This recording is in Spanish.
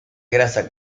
grasa